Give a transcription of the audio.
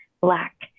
black